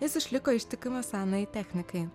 jis išliko ištikimas senai technikai